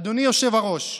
אדוני היושב-ראש,